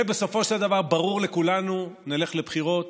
ובסופו של דבר, ברור לכולנו, נלך לבחירות,